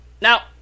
now